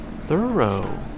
Thorough